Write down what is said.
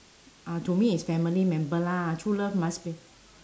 uh to me is family member lah true love must be